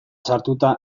sartuta